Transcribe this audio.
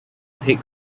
take